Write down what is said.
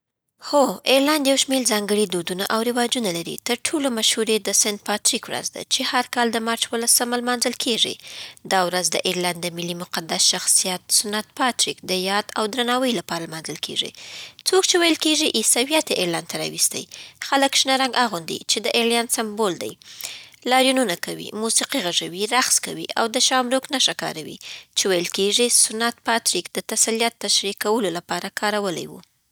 هو، آیرلنډ یو شمېر ځانګړي دودونه او رواجونه لري. تر ټولو مشهور یې د سنت پاتریک ورځ ده، چې هر کال د مارچ په اوولسمه لمانځل کېږي. دا ورځ د آیرلنډ د ملي مقدس شخصیت، سنت پاتریک، د یاد او درناوي لپاره لمانځل کېږي، څوک چې ویل کېږي عیسویت یې آیرلنډ ته راوستی. خلک شنه رنګ اغوندي چې د آیرلنډ سمبول دی، لاریونونه کوي، موسیقي غږوي، رقص کوي، او د شامروک نښه کاروي، چې ویل کېږي سنت پاتریک د تثلیث تشریح کولو لپاره کارولې وه.